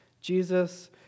Jesus